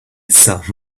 some